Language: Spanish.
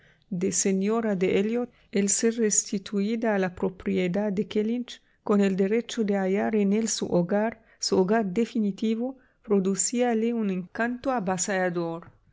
de señora de elliot el ser restituída a la propiedad de kellynch con el derecho de hallar en él su hogar su hogar definitivo producíale un encanto avasallador